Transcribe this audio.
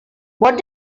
what